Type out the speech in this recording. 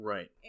Right